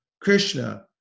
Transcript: Krishna